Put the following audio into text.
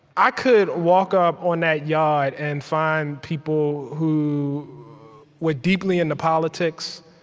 i could walk up on that yard and find people who were deeply into politics.